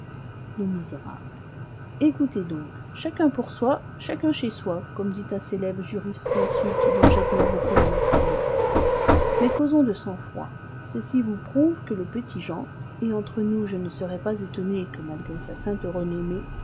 écoutez donc chacun pour soi chacun chez soi comme dit un célèbre jurisconsulte dont j'admire beaucoup la maxime mais causons de sang-froid ceci vous prouve que le petit-jean et entre nous je ne serais pas étonné que malgré sa sainte renommée